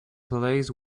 plays